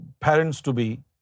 parents-to-be